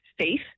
safe